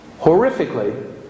horrifically